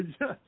yes